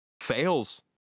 Fails